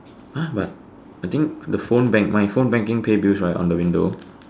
!huh! but I think the phone bank my phone banking pay bills right on the window